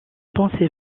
pensez